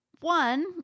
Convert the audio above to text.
One